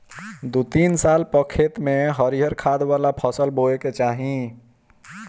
दू तीन साल पअ खेत में हरिहर खाद वाला फसल बोए के चाही